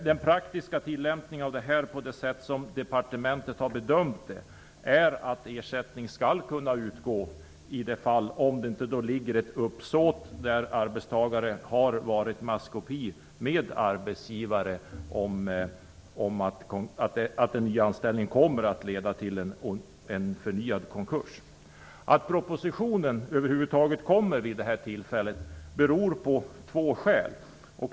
Den praktiska tillämpningen av detta är, såsom departementet har bedömt det, att ersättning skall kunna utgå i det fall det inte föreligger ett uppsåt där arbetstagare har varit i maskopi med arbetsgivare om att en ny anställning kommer att leda till en förnyad konkurs. Att propositionen över huvud taget lagts fram vid det här tillfället är av två skäl.